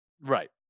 right